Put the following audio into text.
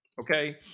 okay